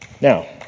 Now